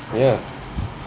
ya